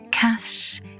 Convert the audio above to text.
casts